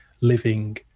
living